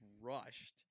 rushed